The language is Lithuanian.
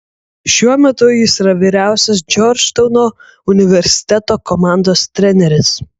šiuo metu jis yra vyriausias džordžtauno universiteto komandos treneris